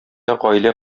гаилә